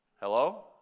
Hello